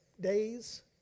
days